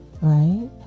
right